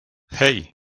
hey